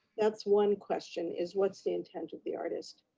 that's one question, is what's the intent of the artist?